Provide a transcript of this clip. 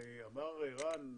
הרי אמר ערן,